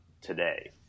today